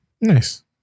nice